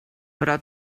però